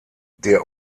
der